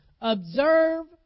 Observe